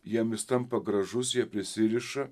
jiem jis tampa gražus jie prisiriša